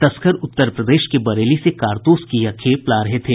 तस्कर उत्तर प्रदेश के बरेली से कारतूस की यह खेप ला रहे थे